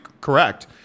correct